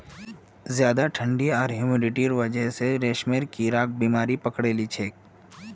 ज्यादा ठंडी आर ह्यूमिडिटीर वजह स रेशमेर कीड़ाक बीमारी पकड़े लिछेक